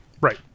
Right